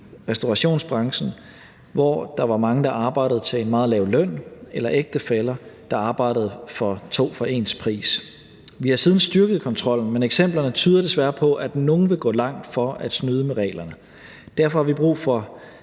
restaurationsbranchen, hvor der var mange, der arbejdede til en meget lav løn, eller ægtefæller, der arbejdede to for ens pris. Vi har siden styrket kontrollen, men eksemplerne tyder desværre på, at nogle vil gå langt for at snyde med reglerne. Derfor har vi brug for